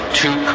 two